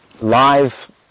live